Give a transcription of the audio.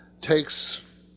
takes